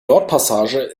nordpassage